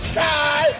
Sky